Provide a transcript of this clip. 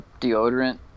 deodorant